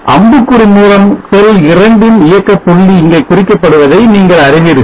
அம்புக்குறி மூலம் செல் இரண்டின் இயக்கபுள்ளி இங்கே குறிக்கப்படுவதை நீங்கள் அறிவீர்கள்